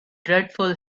dreadful